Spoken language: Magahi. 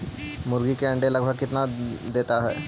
मुर्गी के अंडे लगभग कितना देता है?